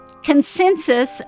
consensus